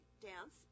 dance